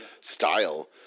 style